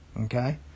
Okay